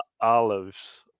Olives